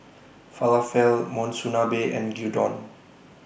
Falafel Monsunabe and Gyudon